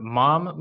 mom